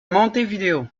montevideo